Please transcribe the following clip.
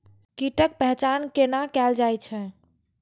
कीटक पहचान कैना कायल जैछ?